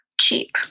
cheap